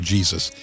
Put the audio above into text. Jesus